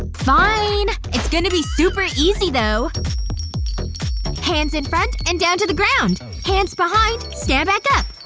fiiiiine. it's gonna be super easy, though hands in front and down to the ground hands behind, stand back up.